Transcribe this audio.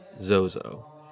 Zozo